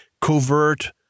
covert